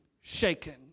shaken